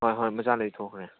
ꯍꯣꯏ ꯍꯣꯏ ꯃꯆꯥ ꯂꯣꯏꯊꯣꯛꯈ꯭ꯔꯦ